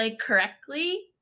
correctly